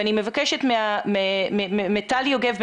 ואני מבקשת מטלי יוגב,